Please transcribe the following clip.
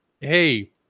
hey